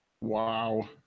Wow